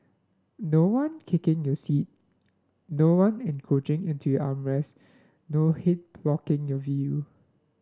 no one kicking your seat no one encroaching into your arm rests no head blocking your view